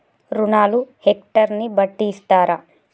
రుణాలు హెక్టర్ ని బట్టి ఇస్తారా?